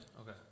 Okay